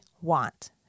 want